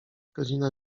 godzina